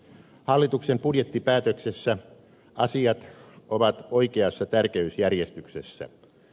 hallituksen budjettipäätöksessä asiat ovat oikeassa tärkeysjärjestyksessä